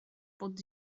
pod